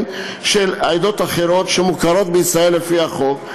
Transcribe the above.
של עדות אחרות שמוכרות בישראל לפי החוק,